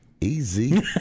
Easy